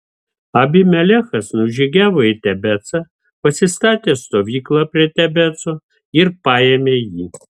abimelechas nužygiavo į tebecą pasistatė stovyklą prie tebeco ir paėmė jį